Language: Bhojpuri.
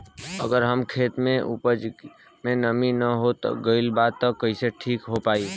अगर हमार खेत में उपज में नमी न हो गइल बा त कइसे ठीक हो पाई?